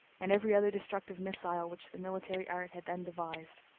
and every other destructive missile which the military art had then devised.